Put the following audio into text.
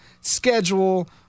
schedule